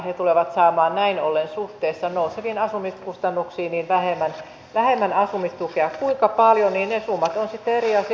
he tulevat saamaan näin ollen suhteessa nouseviin asumiskustannuksiin vähemmän asumistukea kuinka paljon ne summat ovat sitten eri asia